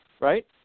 right